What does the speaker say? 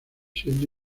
siendo